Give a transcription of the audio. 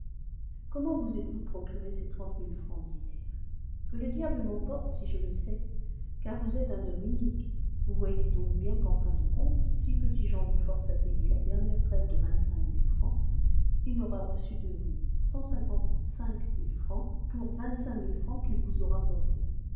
comment vous êtes-vous procuré ces trente mille francs d'hier que le diable m'emporte si je le sais car vous êtes un homme unique vous voyez donc bien qu'en fin de compte si petit-jean vous force à payer la dernière traite de vingt-cinq mille francs il aura reçu de vous cent cinquante-cinq mille francs pour vingt-cinq mille qu'il vous aura comptés